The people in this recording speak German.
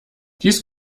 dies